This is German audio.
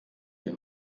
ihr